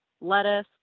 lettuce